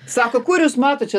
sako kur jūs matot čia